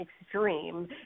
extreme